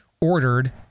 ordered